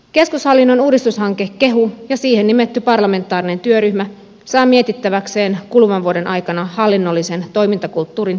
keskushallinnon uudistushanke kehu ja siihen nimetty parlamentaarinen työryhmä saa mietittäväkseen kuluvan vuoden aikana hallinnollisen toimintakulttuurin kehittämistä